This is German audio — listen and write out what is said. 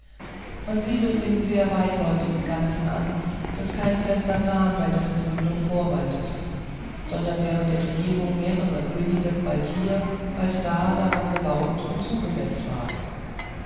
man sieht es dem sehr weitläufigen ganzen an daß kein fester plan bei dessen gründung vorwaltete sondern während der regierung mehrerer könige bald hier bald da daran gebaut und zugesetzt ward